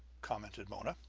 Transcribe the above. commented mona,